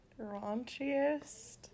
Raunchiest